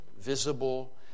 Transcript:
visible